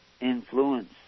Influence